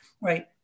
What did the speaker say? Right